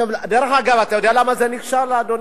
אני אנסה להסביר למה זה